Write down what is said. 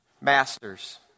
Masters